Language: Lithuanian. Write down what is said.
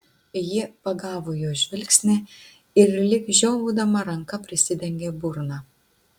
ji pagavo jo žvilgsnį ir lyg žiovaudama ranka prisidengė burną